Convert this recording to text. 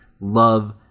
love